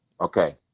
Okay